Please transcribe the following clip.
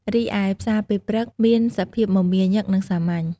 រីឯផ្សារពេលព្រឹកមានសភាពមមាញឹក និងសាមញ្ញ។